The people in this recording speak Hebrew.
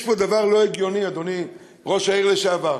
יש פה דבר לא הגיוני, אדוני ראש העיר לשעבר.